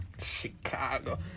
Chicago